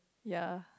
ya